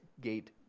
gate